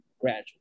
gradually